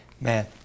Man